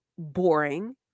Boring